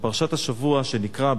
בפרשת השבוע שנקרא,